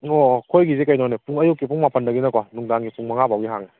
ꯑꯣ ꯑꯣ ꯑꯩꯈꯣꯏꯒꯤꯁꯦ ꯀꯩꯅꯣꯅꯦ ꯄꯨꯡ ꯑꯌꯨꯛꯀꯤ ꯄꯨꯡ ꯃꯥꯄꯟꯗꯒꯤꯅꯀꯣ ꯅꯨꯡꯗꯥꯡꯒꯤ ꯄꯨꯡ ꯃꯉꯥ ꯐꯥꯎꯗꯤ ꯍꯥꯡꯉꯦ